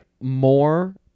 more